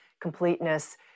completeness